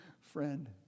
Friend